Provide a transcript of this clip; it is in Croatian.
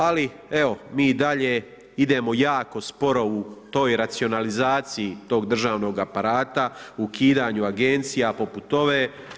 Ali evo, mi i dalje idemo jako sporo u toj racionalizaciji tog državnog aparata, ukidanju agencija poput ove.